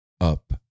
up